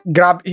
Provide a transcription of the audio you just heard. Grab